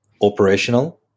operational